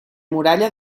muralla